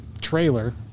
trailer